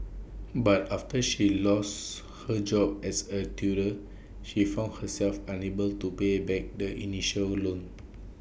but after she lose her job as A tutor she found herself unable to pay back the initial loans